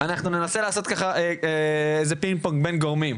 אנחנו ננסה לעשות איזה פינג פונג בין גורמים,